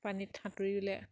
পানীত সাঁতুৰিলে